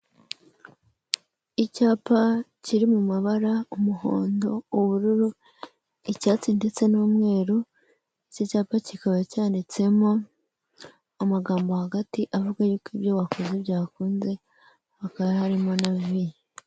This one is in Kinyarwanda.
Icyapa kiri mu mabara umuhondo, ubururu, icyatsi ndetse n'umweru, iki cyapa kikaba cyanitsemo amagambo hagati avuga yuko ibyo wakoze byakunze, hakaba harimo na vi.